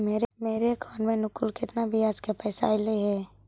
मेरे अकाउंट में अनुकुल केतना बियाज के पैसा अलैयहे?